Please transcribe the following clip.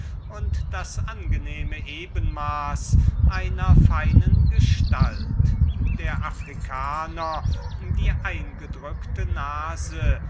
und das angenehme ebenmaß einer feinen gestalt der africaner wird die eingedrückte nase